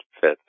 fits